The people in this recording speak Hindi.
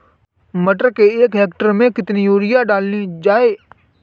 मटर के एक हेक्टेयर में कितनी यूरिया डाली जाए?